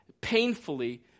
painfully